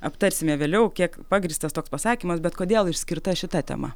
aptarsime vėliau kiek pagrįstas toks pasakymas bet kodėl išskirta šita tema